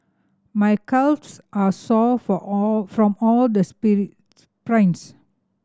my calves are sore for all from all the sprints